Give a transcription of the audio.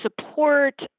support